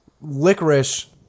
licorice